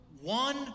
one